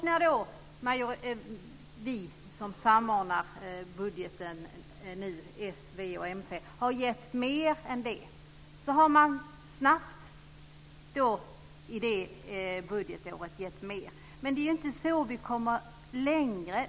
När då vi som nu samordnar budgeten - s, v och mp - har gett mer än det har man snabbt också gett mer det budgetåret, men det är ju inte så vi kommer längre.